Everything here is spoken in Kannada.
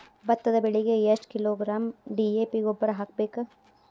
ಭತ್ತದ ಬೆಳಿಗೆ ಎಷ್ಟ ಕಿಲೋಗ್ರಾಂ ಡಿ.ಎ.ಪಿ ಗೊಬ್ಬರ ಹಾಕ್ಬೇಕ?